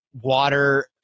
water